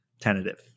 tentative